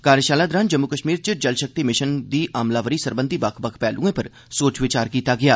कार्जषाला दरान जम्मू कष्मीर च जलषक्ति मिषन दी अमलावरी सरबंधी बक्ख बक्ख पैहलुएं पर सोच बचार कीता गेआ